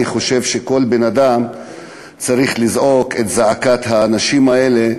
אני חושב שכל בן-אדם צריך לזעוק את זעקת האנשים האלה,